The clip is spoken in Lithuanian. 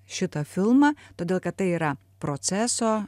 šitą filmą todėl kad tai yra proceso